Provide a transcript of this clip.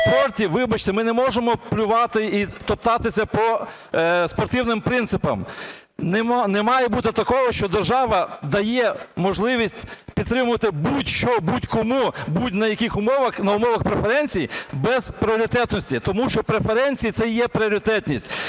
вибачте, ми не можемо плювати і топтатися по спортивним принципам. Не має бути такого, що держава дає можливість підтримувати будь-що будь-кому на будь-яких умовах, на умовах преференцій без пріоритетності, тому що преференції – це і є пріоритетність.